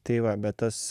tai va bet tas